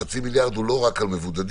החצי מיליארד הוא לא רק על מבודדים,